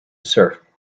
sir